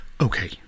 Okay